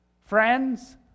Friends